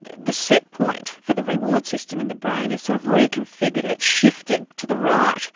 the the set point for the rewards system in the brain is sort of reconfigured, it's shifted to the right.